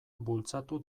bultzatu